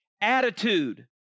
attitude